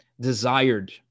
desired